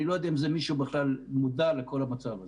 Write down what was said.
אני לא יודע אם מישהו בכלל מודע לכל המצב הזה.